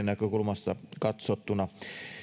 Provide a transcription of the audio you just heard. näkökulmasta katsottuna